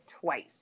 twice